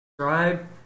subscribe